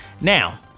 now